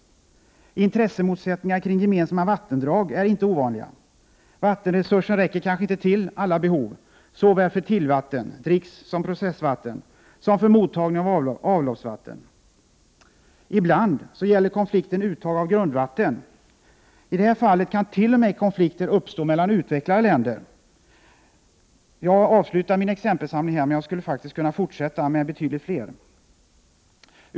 Intressemotsättningar kring gemensamma vattendrag är inte ovanliga. Vattenresursen räcker kanske inte till alla behov, såväl för tillvatten — dricksoch processvatten — som för mottagning av avloppsvatten. Ibland gäller konflikten uttag av grundvatten. I det fallet kan konflikter t.o.m. uppstå mellan utvecklade länder. — Jag avslutar min exempelsamling här, men jag skulle faktiskt kunna fortsätta med betydligt fler exempel.